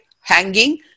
hanging